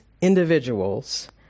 individuals